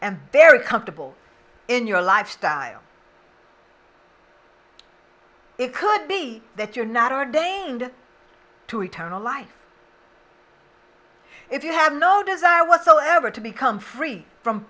and very comfortable in your lifestyle it could be that you're not ordained to eternal life if you have no desire whatsoever to become free from